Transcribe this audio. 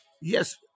Yes